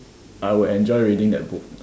I would enjoy reading that book